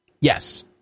Yes